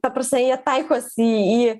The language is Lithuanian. paprastai jie taikosi į